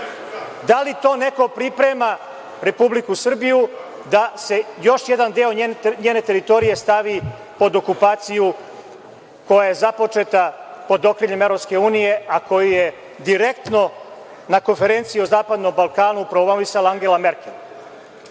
Da li to neko priprema Republiku Srbiju da se još jedan deo njene teritorije stavi pod okupaciju koja je započeta pod okriljem EU, a koji je direktno na Konferenciji na zapadnom Balkanu promovisala Angela Merkel?